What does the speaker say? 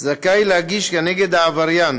זכאי להגיש כנגד העבריין